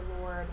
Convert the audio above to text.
Lord